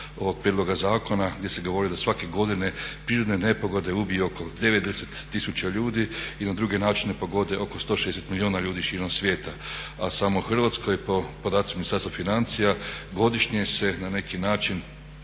Hrvatskoj po podacima Ministarstva financija godišnje se na neki način